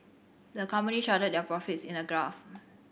the company charted their profits in a graph